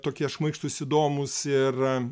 tokie šmaikštūs įdomūs ir